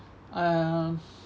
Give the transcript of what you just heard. I um